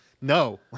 No